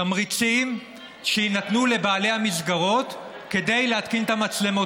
תמריצים שיינתנו לבעלי המסגרות כדי להתקין את המצלמות.